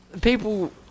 people